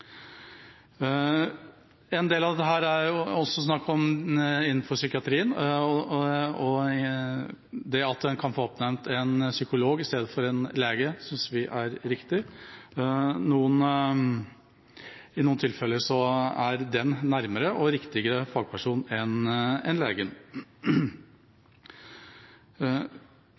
en del er det også snakk om psykiatri, og det at en kan få oppnevnt en psykolog i stedet for en lege, synes vi er riktig. I noen tilfeller er det en nærmere og riktigere fagperson enn en